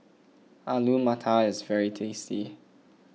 Alu Matar is very tasty